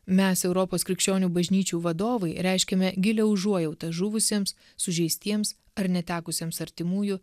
mes europos krikščionių bažnyčių vadovai reiškiame gilią užuojautą žuvusiems sužeistiems ar netekusiems artimųjų